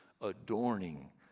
adorning